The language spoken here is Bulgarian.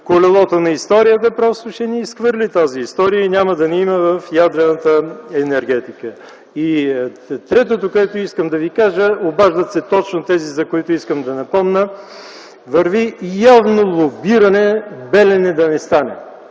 колелото на историята, просто ще ни изхвърли тази история и няма да ни има в ядрената енергетика. Трето – обаждат се точно тези, за които искам да напомня – върви явно лобиране „Белене” да не стане,